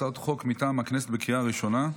הצעות חוק מטעם הכנסת בקריאה ראשונה.